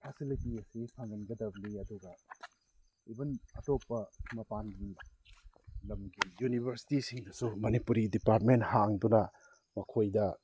facility ꯑꯁꯤ ꯐꯪꯍꯟꯒꯗꯕꯅꯤ ꯑꯗꯨꯒ ꯏꯕꯟ ꯑꯇꯣꯞꯄ ꯃꯄꯥꯟꯒꯤ ꯂꯝꯒꯤ ꯌꯨꯅꯤꯕꯔꯁꯤꯇꯤꯁꯤꯡꯅꯁꯨ ꯃꯅꯤꯄꯨꯔꯤ ꯗꯤꯄꯥꯔꯠꯃꯦꯟ ꯍꯥꯡꯗꯨꯅ ꯃꯈꯣꯏꯗ